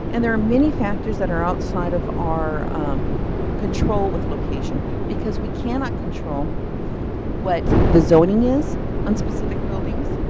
and there are many factors that are outside of our control with location, because we can not control what the zoning is on specific buildings.